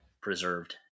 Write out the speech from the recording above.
preserved